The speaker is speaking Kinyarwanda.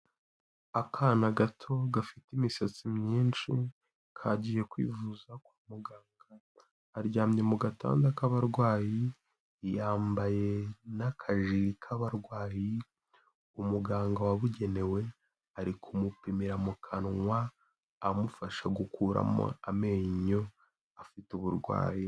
Akana gato gafite imisatsi myinshi kagiye kwivuza kwa muganga, aryamye mu gatanda k'abarwayi, yambaye n'akajiri k'abarwayi, umuganga wabugenewe ari kumupimira mu kanwa, amufasha gukuramo amenyo afite uburwayi.